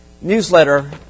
newsletter